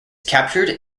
captured